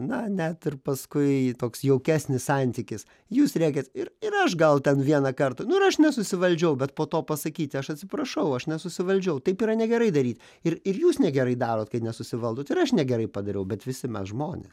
na net ir paskui toks jaukesnis santykis jūs rėkiat ir ir aš gal ten vieną kartą nu ir aš nesusivaldžiau bet po to pasakyti aš atsiprašau aš nesusivaldžiau taip yra negerai daryt ir ir jūs negerai darot kai nesusivaldot ir aš negerai padariau bet visi mes žmonė